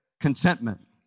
contentment